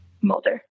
Mulder